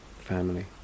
family